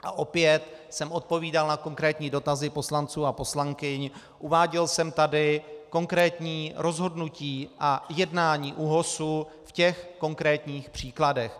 A opět jsem odpovídal na konkrétní dotazy poslanců a poslankyň, uváděl jsem tady konkrétní rozhodnutí a jednání ÚOHS v těch konkrétních případech.